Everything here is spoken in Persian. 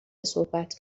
صحبت